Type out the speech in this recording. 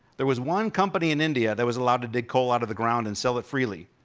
there was one company in india that was allowed to dig coal out of the ground and sell it freely.